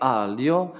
alio